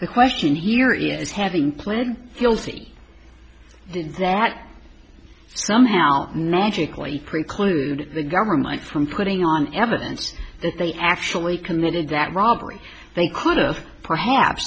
the question here is having pled guilty did that somehow magically preclude the government from putting on evidence that they actually committed that robbery they could've perhaps